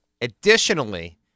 additionally